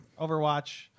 Overwatch